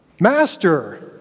Master